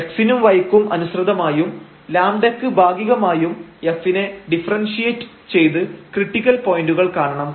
x നും y ക്കും അനുസൃതമായും λ ക്ക് ഭാഗികമായും F നെ ഡിഫറെൻശ്യേറ്റ് ചെയ്ത് ക്രിട്ടിക്കൽ പോയന്റുകൾ കാണണം